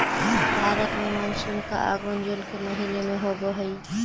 भारत में मानसून का आगमन जून के महीने में होव हई